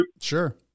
Sure